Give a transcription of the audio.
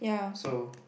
so